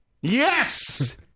Yes